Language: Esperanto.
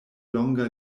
longa